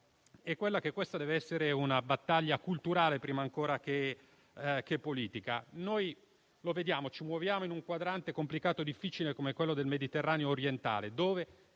la prima è che questa deve essere una battaglia culturale, prima ancora che politica. Noi ci muoviamo in un quadrante complicato e difficile come quello del Mediterraneo orientale, dove